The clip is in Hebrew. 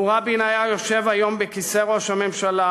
לו רבין היה יושב היום בכיסא ראש הממשלה